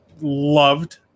loved